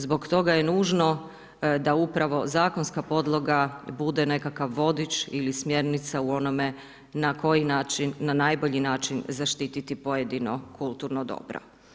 Zbog toga je nužno da upravo zakonska podloga bude nekakav vodič ili smjernica u onome na koji način, na najbolji način, zaštiti pojedino kulturno dobro.